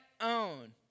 own